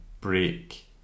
break